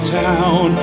town